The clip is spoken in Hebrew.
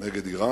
נגד אירן.